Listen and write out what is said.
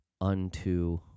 unto